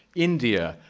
india,